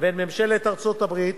לבין ממשלת ארצות-הברית,